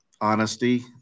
honesty